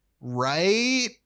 Right